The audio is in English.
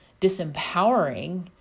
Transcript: disempowering